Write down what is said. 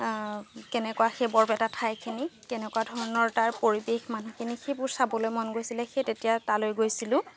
কেনেকুৱা সেই বৰপেটা ঠাইখিনি কেনেকুৱা ধৰণৰ তাৰ পৰিৱেশ মানুহখিনি সেইবোৰ চাবলৈ মন গৈছিলে সেই তেতিয়া তালৈ গৈছিলো